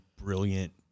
brilliant